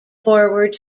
forward